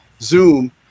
zoom